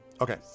Okay